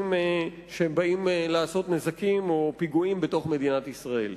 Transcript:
שבאים לעשות נזקים או פיגועים בתוך מדינת ישראל.